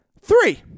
Three